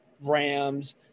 Rams